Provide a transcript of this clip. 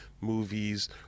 Movies